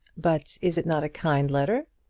but is it not a kind letter?